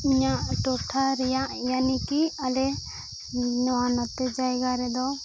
ᱤᱧᱟᱜ ᱴᱚᱴᱷᱟ ᱨᱮᱭᱟᱜ ᱭᱟᱱᱤᱠᱤ ᱟᱞᱮ ᱱᱚᱣᱟ ᱱᱚᱛᱮ ᱡᱟᱭᱜᱟ ᱨᱮᱫᱚ